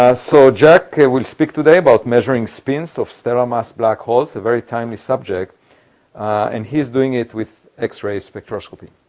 ah so jack will speak today about measuring spins of stellar-mass black holes a very timely subject and he's doing it with x-ray spectroscopy.